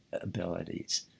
abilities